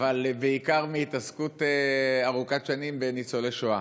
אבל בעיקר מהתעסקות ארוכת שנים בניצולי שואה,